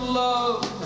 love